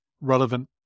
relevant